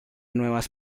nuevas